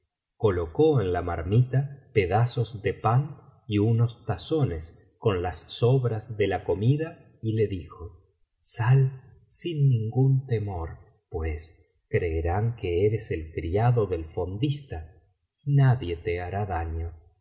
colocó en la marmita pedazos de pan y unos tazones con las sobinas de la comida y le dijo sal sin ningún temor pues creerán que eres el criado del fondista y nadie te hará daño y